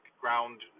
ground